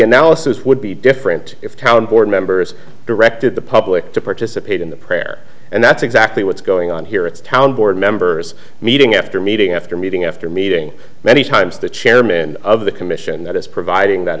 analysis would be different if town board members directed the public to participate in the prayer and that's exactly what's going on here it's a town board members meeting after meeting after meeting after meeting many times the chairman of the commission that is providing that